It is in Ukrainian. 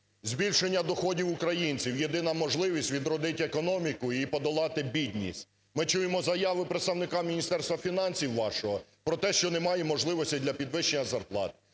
Збільшення доходів українців - єдина можливість відродити економіку і подолати бідність. Ми чуємо заяви представника Міністерства фінансів вашого про те, що немає можливостей для підвищення зарплат.